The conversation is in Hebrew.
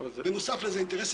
לקדם את זה